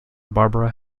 barbara